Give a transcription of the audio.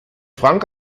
frank